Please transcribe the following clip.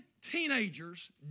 teenagers